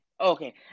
Okay